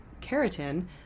keratin